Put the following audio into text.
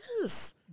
Yes